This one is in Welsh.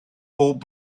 pob